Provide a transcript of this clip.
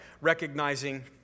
recognizing